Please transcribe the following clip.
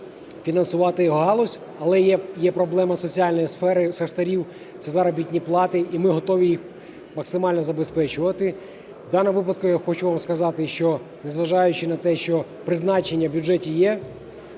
фінансувати галузь. Але є проблема соціальної сфери шахтарів – це заробітні плати. І ми готові їх максимально забезпечувати. В даному випадку я хочу вам сказати, що незважаючи на те, що призначення в бюджеті є,